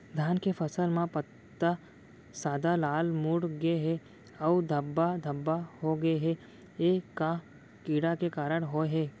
धान के फसल म पत्ता सादा, लाल, मुड़ गे हे अऊ धब्बा धब्बा होगे हे, ए का कीड़ा के कारण होय हे?